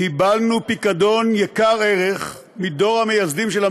קיבלנו פיקדון יקר ערך מדור המייסדים של המדינה,